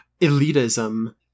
elitism